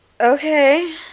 Okay